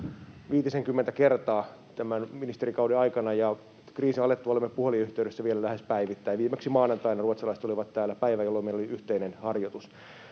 viitisenkymmentä kertaa tämän ministerikauden aikana, ja kriisin alettua olemme olleet vielä puhelinyhteydessä lähes päivittäin. Viimeksi maanantaina ruotsalaiset olivat täällä päivänä, jolloin meillä oli yhteinen harjoitus.